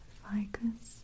ficus